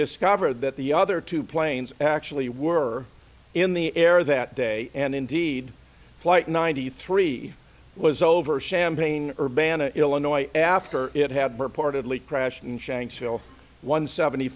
discovered that the other two planes actually were in the air that day and indeed flight ninety three was over champagne or bana illinois after it had reportedly crashed in shanksville one seventy